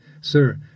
Sir